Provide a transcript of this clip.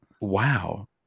Wow